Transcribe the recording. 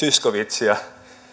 zyskowiczia